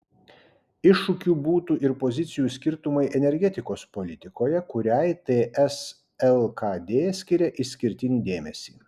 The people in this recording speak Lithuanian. iššūkiu būtų ir pozicijų skirtumai energetikos politikoje kuriai ts lkd skiria išskirtinį dėmesį